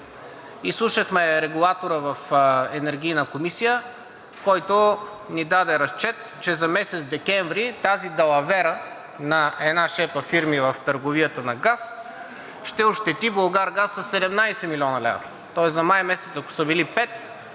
Изслушахме регулатора в Енергийната комисия, който ни даде разчет, че за месец декември тази далавера на една шепа фирми в търговията на газ ще ощети Булгаргаз със 17 млн. лв. Тоест, ако за месец май са били 5, за